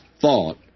thought